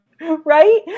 Right